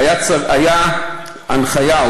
והייתה הנחיה,